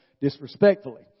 disrespectfully